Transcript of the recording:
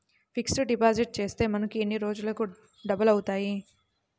Fixed deposit చేస్తే మనకు ఎన్ని రోజులకు డబల్ అవుతాయి?